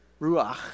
Ruach